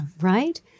Right